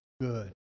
good